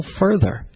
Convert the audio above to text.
further